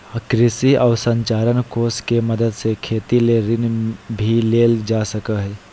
कृषि अवसरंचना कोष के मदद से खेती ले ऋण भी लेल जा सकय हय